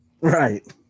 Right